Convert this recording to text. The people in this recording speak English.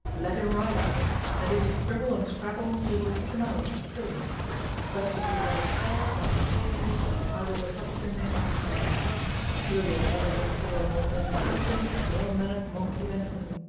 let him write and if he scribble and scrabble we will kick him out and kill him but if he write fair and scholarly i will adopt him as my son for surely i never yet saw a more intelligent and well mannered monkey than he.